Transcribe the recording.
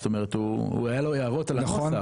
זאת אומרת, היו לו הערות על הנוסח.